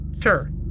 Sure